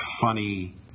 funny